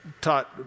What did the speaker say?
taught